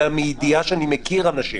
אני מכיר אנשים